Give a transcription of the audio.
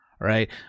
right